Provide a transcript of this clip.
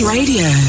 Radio